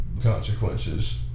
consequences